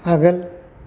आगोल